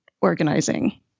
organizing